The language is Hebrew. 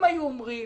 אם היו אומרים